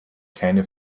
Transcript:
keine